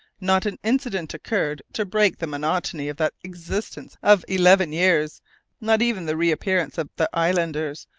not an incident occurred to break the monotony of that existence of eleven years not even the reappearance of the islanders,